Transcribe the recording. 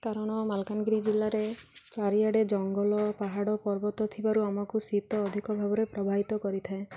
କାରଣ ମାଲକାନଗିରି ଜିଲ୍ଲାରେ ଚାରିଆଡ଼େ ଜଙ୍ଗଲ ପାହାଡ଼ ପର୍ବତ ଥିବାରୁ ଆମକୁ ଶୀତ ଅଧିକ ଭାବରେ ପ୍ରବାହିତ କରିଥାଏ